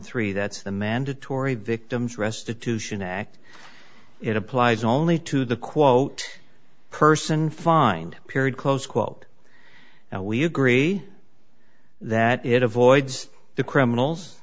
thirteen that's the mandatory victims restitution act it applies only to the quote person fined period close quote now we agree that it avoids the criminals